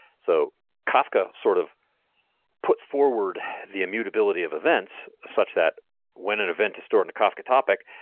so kafka sort of puts forward the immutability of events such that when an event is stored in a kafka topic,